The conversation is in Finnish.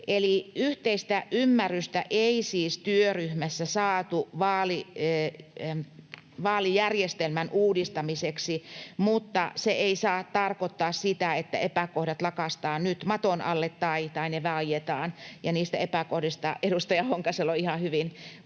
Eli yhteistä ymmärrystä ei siis työryhmässä saatu vaalijärjestelmän uudistamiseksi, mutta se ei saa tarkoittaa sitä, että epäkohdat lakaistaan nyt maton alle tai niistä vaietaan. Ja niitä epäkohtia edustaja Honkasalo ihan hyvin omassa